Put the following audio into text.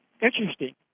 Interesting